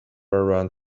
around